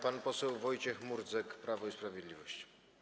Pan poseł Wojciech Murdzek, Prawo i Sprawiedliwość.